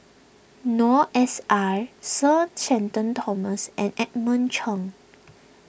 Noor S I Sir Shenton Thomas and Edmund Cheng